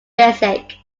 basic